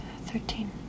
Thirteen